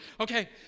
Okay